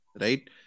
right